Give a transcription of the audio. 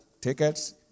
tickets